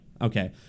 Okay